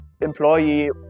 employee